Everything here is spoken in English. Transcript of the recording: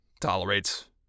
tolerates